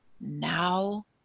now